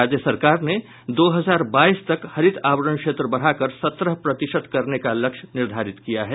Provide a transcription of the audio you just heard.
राज्य सरकार ने दो हजार बाईस तक हरित आवरण क्षेत्र बढ़ाकर सत्रह प्रतिशत करने का लक्ष्य निर्धारित किया है